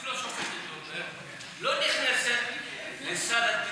אפילו השופטת דורנר, לא נכנסת לסל הטיפול,